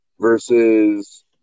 versus